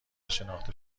شناخته